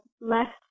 left